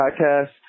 podcast